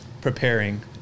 preparing